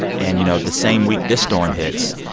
and, you know, the same week this storm hits,